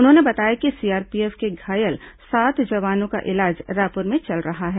उन्होंने बताया कि सीआरपीएफ के घायल सात जवानों का इलाज रायपुर में चल रहा है